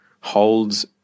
holds